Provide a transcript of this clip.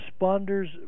responders